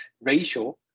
ratio